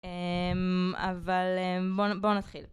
אבל בואו נתחיל.